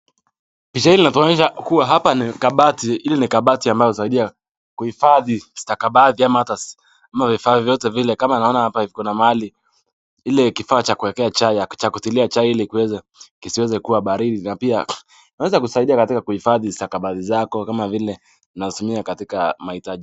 Picha hii inatuonyesha kuwa hapa ni kabati, ile ni kabati ambayo saidia kuhifadhi stakabadhi ama hata ama vifaa vyote vile. Kama naona hapa iko na mahali ile kifaa cha kuwekea chai, cha kutia chai ili kuweza kisiweze kuwa baridi na pia inaweza kusaidia katika kuhifadhi stakabadhi zako kama vile unazotumia katika mahitaji.